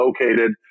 located